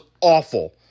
awful